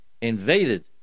invaded